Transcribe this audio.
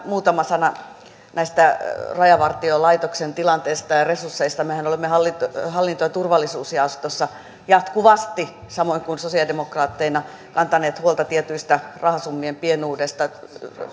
muutama sana rajavartiolaitoksen tilanteesta ja resursseista mehän olemme hallinto ja turvallisuusjaostossa jatkuvasti samoin kuin sosiaalidemokraatteina kantaneet huolta tietystä rahasummien pienuudesta